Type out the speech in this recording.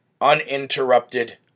uninterrupted